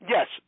Yes